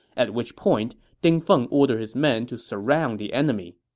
at which point ding feng ordered his men to surround the enemy.